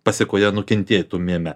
pasekoje nukentėtumėme